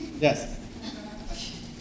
Yes